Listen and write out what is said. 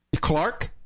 Clark